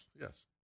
Yes